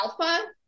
alpha